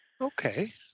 okay